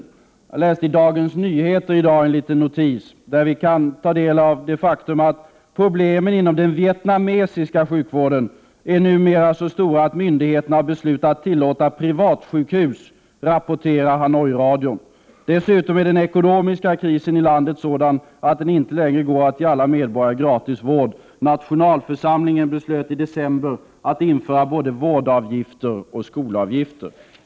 Jag läste i Dagens Nyheter i dag en liten notis där vi kan ta del av det faktum att problemen inom den vietnamesiska sjukvården numera är så stora att myndigheterna har beslutat tillåta privatsjukhus. Detta rapporterar Hanoiradion. Dessutom är den ekonomiska krisen i landet sådan att det inte längre går att ge alla medborgare gratis vård. Nationalförsamlingen beslöt i december att införa både vårdavgifter och skolavgifter.